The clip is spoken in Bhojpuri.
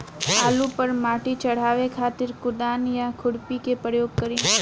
आलू पर माटी चढ़ावे खातिर कुदाल या खुरपी के प्रयोग करी?